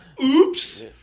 Oops